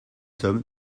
hommes